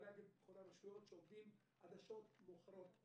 למנהלי האגפים בכל הרשויות שעובדים עד שעות מאוחרות.